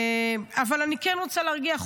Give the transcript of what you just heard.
אבל אני כן רוצה להרגיע,